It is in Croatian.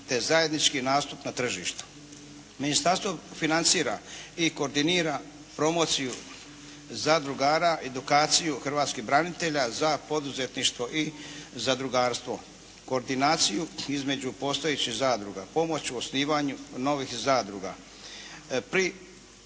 te zajednički nastup na tržištu. Ministarstvo financira i koordinira promociju zadrugara, edukaciju hrvatskih branitelja za poduzetništvo i zadrugarstvo. Koordinaciju između postojećih zadruga, pomoć u osnivanju novih zadruga.